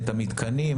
את המתקנים,